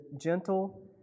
gentle